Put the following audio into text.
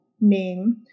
name